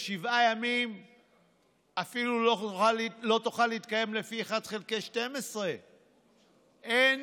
שבעה ימים לא תוכל אפילו להתקיים לפי 1 חלקי 12. אין.